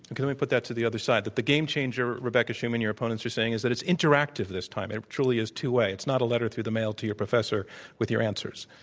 okay, let me put that to the other side. that the game changer, rebecca schuman, your opponents are saying, is that it's interactive this time. it truly is two-way. it's not a letter through the mail to your professor with your answers.